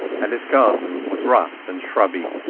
and its garden was rough and shrubby.